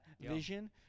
vision